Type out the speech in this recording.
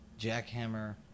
jackhammer